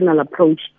approach